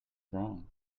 wrong